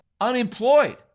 unemployed